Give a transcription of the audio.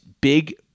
big